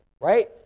right